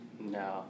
no